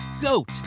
goat